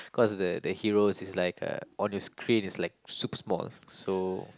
because the the hero is like uh on the screen like super small so